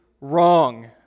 wrong